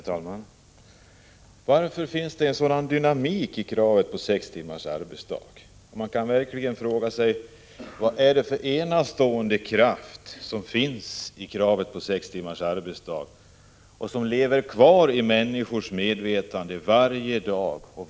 Herr talman! Varför är det en sådan dynamik i kravet på sex timmars arbetsdag? Man kan också fråga sig: Vad är det för enastående kraft som finns bakom kravet på sex timmars arbetsdag när människor hela tiden ställer detta krav?